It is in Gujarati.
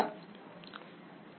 વિદ્યાર્થી